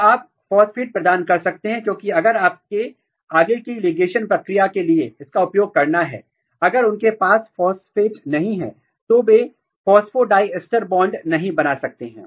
तो आप फॉस्फेट प्रदान कर सकते हैं क्योंकि अगर आपको आगे की लिगेशन प्रक्रिया के लिए इसका उपयोग करना है अगर उनके पास फॉस्फेट नहीं है तो वे फॉस्फोडाइस्टर बॉन्ड नहीं बना सकते हैं